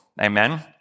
Amen